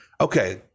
Okay